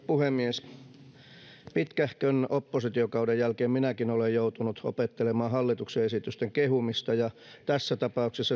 puhemies pitkähkön oppositiokauden jälkeen minäkin olen joutunut opettelemaan hallituksen esitysten kehumista ja tässä tapauksessa